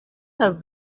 have